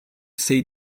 say